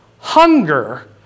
Hunger